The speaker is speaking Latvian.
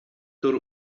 tur